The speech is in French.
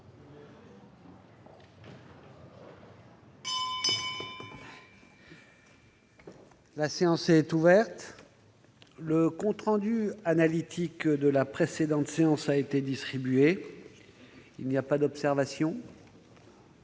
La séance est ouverte. Le compte rendu analytique de la précédente séance a été distribué. Il n'y a pas d'observation ?